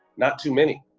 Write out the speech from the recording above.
not too many.